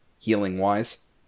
healing-wise